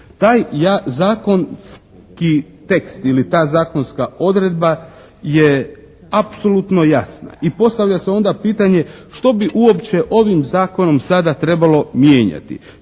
ja zakonski tekst ili ta zakonska odredba je apsolutno jasna i postavlja se onda pitanje što bi uopće ovim Zakonom sada trebalo mijenjati.